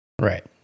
Right